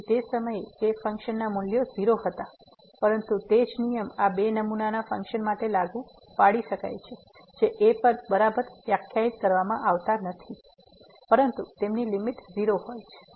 તેથી તે સમયે તે ફંક્શન નાં મૂલ્યો 0 હતા પરંતુ તે જ નિયમ આ બે નમૂનાના ફંક્શન માટે લાગુ પાડી શકે છે જે a પર બરાબર વ્યાખ્યાયિત કરવામાં આવતાં નથી પરંતુ તેમની લીમીટ 0 હોય છે